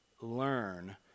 learn